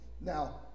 Now